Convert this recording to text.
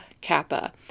Kappa